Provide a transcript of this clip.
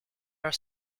are